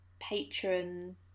patron